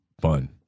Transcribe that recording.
fun